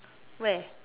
where